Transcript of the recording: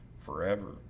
forever